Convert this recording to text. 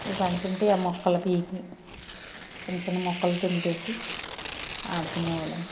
ఈ పండుతు ఉంటే ఆ మొక్కలకి చిన్న చిన్న మొక్కలు తెంపేసి ఆడుకునే వాళ్ళం